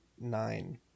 nine